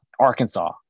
Arkansas